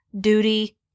duty